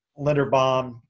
Linderbaum